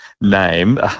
name